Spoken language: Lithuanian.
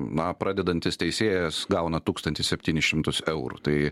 na pradedantis teisėjas gauna tūkstantį septynis šimtus eurų tai